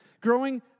growing